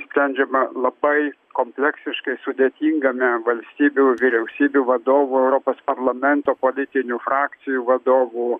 sprendžiama labai kompleksiškai sudėtingame valstybių vyriausybių vadovų europos parlamento politinių frakcijų vadovų